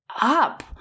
up